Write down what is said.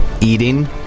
eating